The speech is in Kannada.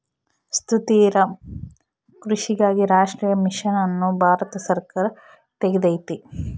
ಸುಸ್ಥಿರ ಕೃಷಿಗಾಗಿ ರಾಷ್ಟ್ರೀಯ ಮಿಷನ್ ಅನ್ನು ಭಾರತ ಸರ್ಕಾರ ತೆಗ್ದೈತೀ